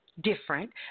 different